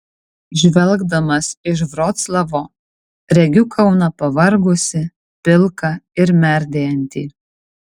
žvelgdamas iš vroclavo regiu kauną pavargusį pilką ir merdėjantį